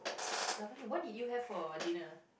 Nattelia what did you have for dinner